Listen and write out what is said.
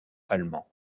allemand